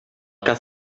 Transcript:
cas